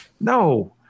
No